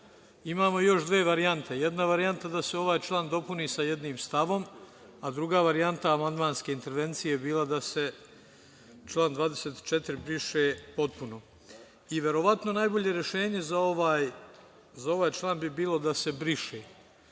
imamo još dve varijante. Jedna je varijanta da se ovaj član dopuni sa jednim stavom, a druga varijanta amandmanska intervencija je bila da se član 24. briše potpuno. I verovatno najbolje rešenje za ovaj član bi bilo da se briše.